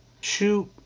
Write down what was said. shoot